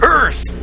Earth